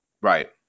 Right